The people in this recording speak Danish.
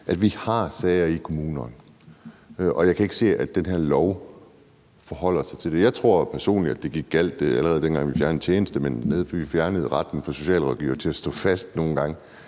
at vi har sager i kommunerne, og jeg kan ikke se, at den her lov forholder sig til det. Jeg tror personligt, at det gik galt, allerede dengang vi fjernede tjenestemændene og vi fjernede retten for socialrådgivere til nogle gange